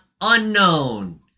unknown